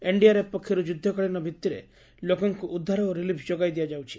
NDRF ପକ୍ଷରୁ ଯୁଦ୍ଧକାଳୀନ ଭିଭିକରେ ଲୋକଙ୍କୁ ଉଦ୍ଧାର ଓ ରିଲିଫ୍ ଯୋଗାଇ ଦିଆଯାଉଛି